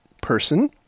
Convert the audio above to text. person